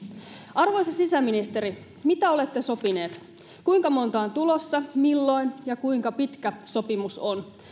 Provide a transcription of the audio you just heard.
arvoisa sisäministeri mitä olette sopineet kuinka monta on tulossa milloin ja kuinka pitkä sopimus on